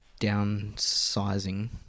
downsizing